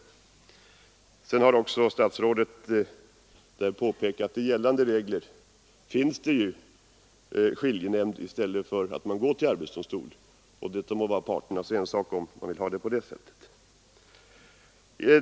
Statsrådet har också påpekat att det enligt gällande regler finns möjlighet att anlita skiljenämnd i stället för att gå till arbetsdomstol och att det är parternas ensak om de vill lösa en fråga på det sättet.